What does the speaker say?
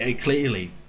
clearly